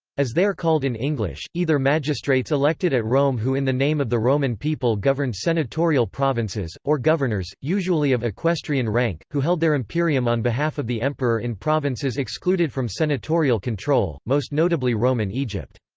as they are called in english either magistrates elected at rome who in the name of the roman people governed senatorial provinces or governors, usually of equestrian rank, who held their imperium on behalf of the emperor in provinces excluded from senatorial control, most notably roman egypt.